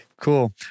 Cool